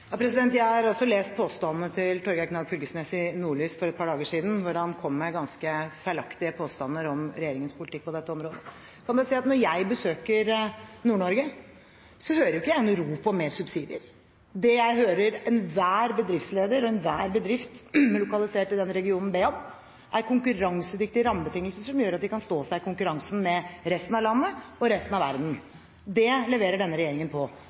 Jeg har også lest artikkelen i Nordlys hvor Torgeir Knag Fylkesnes kom med ganske feilaktige påstander om regjeringens politikk på dette området. Jeg kan bare si at når jeg besøker Nord-Norge, hører ikke jeg noe rop om mer subsidier. Det jeg hører enhver bedriftsleder og enhver bedrift lokalisert i denne regionen be om, er konkurransedyktige rammebetingelser som gjør at de kan stå seg i konkurransen med resten av landet og resten av verden. Det leverer denne regjeringen.